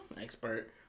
Expert